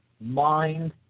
mind